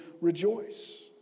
rejoice